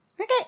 Okay